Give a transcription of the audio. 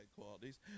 qualities